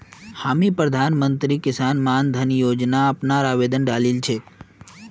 हामी प्रधानमंत्री किसान मान धन योजना अपनार आवेदन डालील छेक